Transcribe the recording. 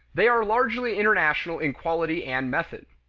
they are largely international in quality and method.